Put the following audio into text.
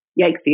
yikesy